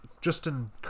Justin